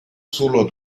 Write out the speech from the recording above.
solo